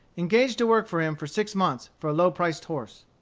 engaged to work for him for six months for a low-priced horse.